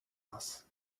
nas